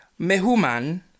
Mehuman